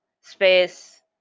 space